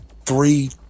three